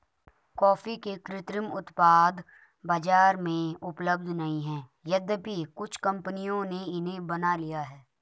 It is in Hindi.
कॉफी के कृत्रिम उत्पाद बाजार में उपलब्ध नहीं है यद्यपि कुछ कंपनियों ने इन्हें बना लिया है